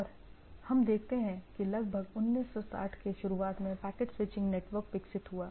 और हम देखते हैं कि लगभग 1960 के शुरुआत में पैकेट स्विचिंग नेटवर्क विकसित हुआ